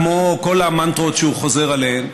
כמו כל המנטרות שהוא חוזר עליהן: